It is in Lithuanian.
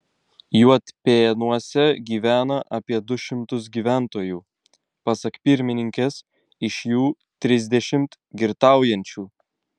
juodpėnuose gyvena apie du šimtus gyventojų pasak pirmininkės iš jų trisdešimt girtaujančių